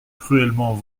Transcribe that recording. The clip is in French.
cruellement